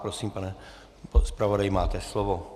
Prosím, pane zpravodaji, máte slovo.